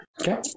okay